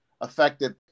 affected